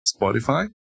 Spotify